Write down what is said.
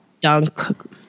dunk